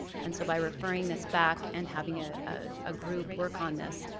and so by referring this back and having a ah ah group work on this,